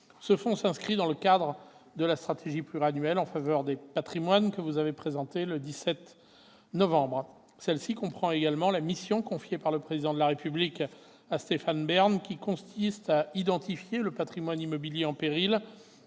Ce fonds s'inscrit dans le cadre de la stratégie pluriannuelle en faveur du patrimoine, que vous avez présentée le 17 novembre dernier. Celle-ci comprend également la mission confiée par le Président de la République à Stéphane Bern, qui consiste à identifier le patrimoine immobilier en péril